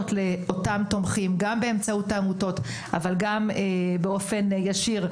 לאותם תומכים גם באמצעות העמותות אבל גם באופן ישיר,